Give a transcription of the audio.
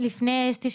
לפני אסתי,